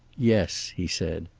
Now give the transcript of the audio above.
yes, he said.